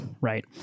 Right